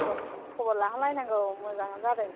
सम सम खबर लाहर लायनांगौ मोजांआनो जादों